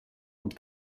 und